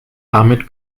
ahmet